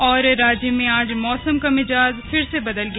और राज्य में आज मौसम का मिजाज फिर बदल गया